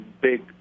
big